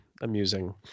amusing